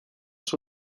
sur